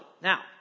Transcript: Now